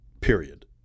period